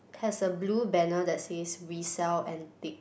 has a blue banner that says we sell antique